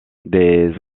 des